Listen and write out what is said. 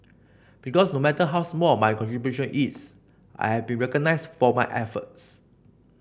because no matter how small my contribution is I have been recognised for my efforts